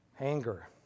Anger